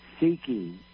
seeking